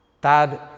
Dad